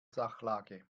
sachlage